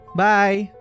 bye